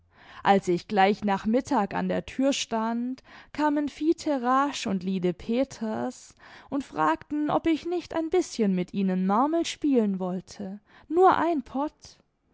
als ich gleich nach mittag an der tür stand kamen fite raasch und lide peters und fragten ob ich nicht ein bißchen mit ihnen marmel spielen wollte nur ein pott